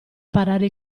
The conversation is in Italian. parare